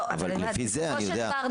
אבל לפי זה אני יודע,